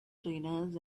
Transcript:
trainers